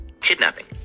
kidnapping